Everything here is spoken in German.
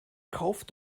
kauf